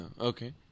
Okay